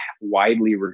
widely